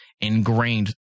ingrained